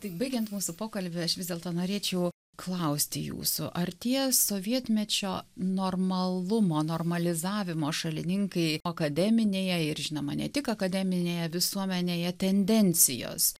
tai baigiant mūsų pokalbį aš vis dėlto norėčiau klausti jūsų ar tie sovietmečio normalumo normalizavimo šalininkai akademinėje ir žinoma ne tik akademinėje visuomenėje tendencijos